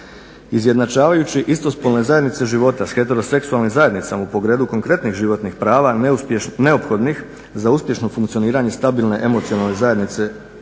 Izjednačavajući istospolne zajednice života s heteroseksualnim zajednicama u pogledu konkretnih životnih prava neophodnih za uspješno funkcioniranje stabilne i emocionalne zajednice